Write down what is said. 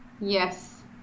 Yes